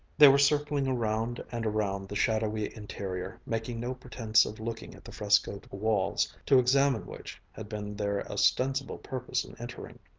they were circling around and around the shadowy interior, making no pretense of looking at the frescoed walls, to examine which had been their ostensible purpose in entering.